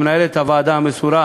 למנהלת הוועדה המסורה,